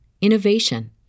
innovation